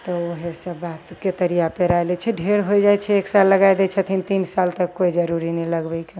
तऽ वएहसब बात केतारी आओर पेराइ लै छै ढेर होइ जाइ छै एक साल लगै दै छथिन तीन साल तक कोइ जरूरी नहि लगबैके